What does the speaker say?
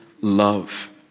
love